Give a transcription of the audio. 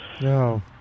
No